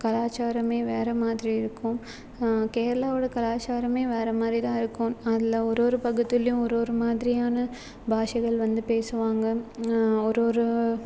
கலாச்சாரமே வேறே மாதிரி இருக்கும் கேரளாவோடய கலாச்சாரமே வேறே மாதிரி தான் இருக்கும் அதில் ஒரு ஒரு பகுதிலேயும் ஒரு ஒரு மாதிரியான பாஷைகள் வந்து பேசுவாங்க ஒரு ஒரு